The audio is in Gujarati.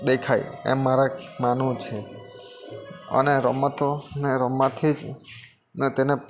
દેખાય એમ મારા માનવું છે અને રમતોને રમવાથી જ ને તેને